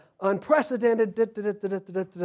unprecedented